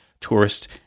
tourists